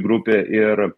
grupė ir